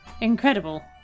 incredible